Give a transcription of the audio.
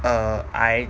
err I